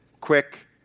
Quick